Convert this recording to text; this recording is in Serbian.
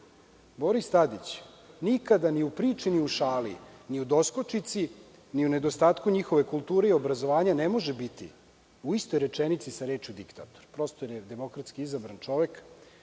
Boris Tadić nikada ni u priči, ni u šali, ni u doskočici, ni u nedostatku njihove kulture i obrazovanja ne može biti u istoj rečenici sa rečju diktator. On je demokratski izabran čovek